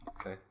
Okay